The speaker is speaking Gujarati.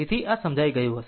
તેથી આ સમજાઈ ગયું છે